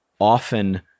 often